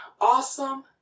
awesome